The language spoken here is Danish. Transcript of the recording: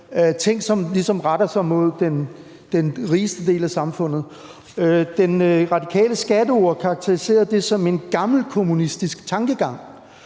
ligesom retter sig mod den rigeste del af samfundet. Den radikale skatteordfører karakteriserede det som en gammelkommunistisk tankegang.